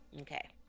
Okay